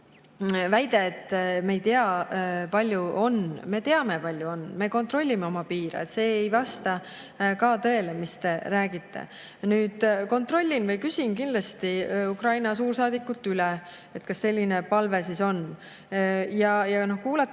väide, et me ei tea, kui palju neid on. Me teame, palju on. Me kontrollime oma piire. See ei vasta ka tõele, mis te räägite. Kontrollin või küsin kindlasti Ukraina suursaadikult üle, kas selline palve on [esitatud].